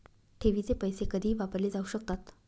ठेवीचे पैसे कधीही वापरले जाऊ शकतात